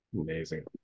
amazing